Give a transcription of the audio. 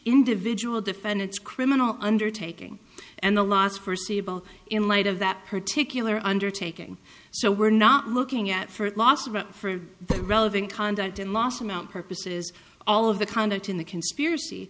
individual defendants criminal undertaking and the laws forseeable in light of that particular undertaking so we're not looking at for loss about relevant conduct and last amount purposes all of the conduct in the conspiracy